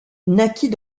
naquit